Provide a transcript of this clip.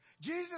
Jesus